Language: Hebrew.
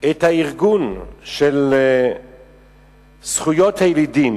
של הארגון של זכויות הילידים